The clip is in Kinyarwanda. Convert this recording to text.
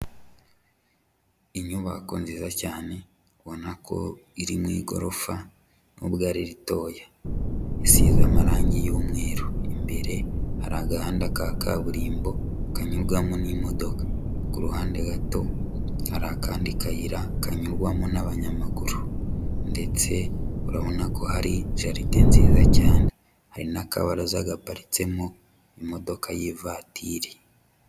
Inyubako nziza cyane ubona ko iri mu igorofa n'ubwo ari ritoya, isize amarangi y'umweru, imbere hari agahanda ka kaburimbo kanyurwamo n'imodoka, ku ruhande gato hari akandi kayira kanyurwamo n'abanyamaguru ndetse urabona ko hari jaride nziza cyane, hari n'akabaraza gaparitsemo imodoka y'ivatiri.